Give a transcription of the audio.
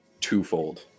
twofold